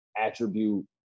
attribute